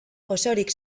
osorik